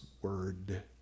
word